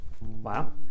Wow